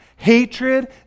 hatred